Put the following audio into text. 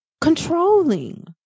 controlling